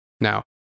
Now